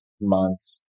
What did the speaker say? months